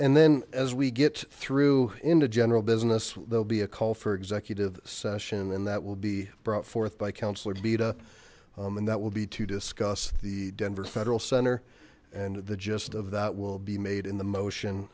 and then as we get through into general business there'll be a call for executive session and that will be brought forth by councillor bita and that will be to discuss the denver federal center and the gist of that will be made in the motion